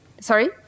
Sorry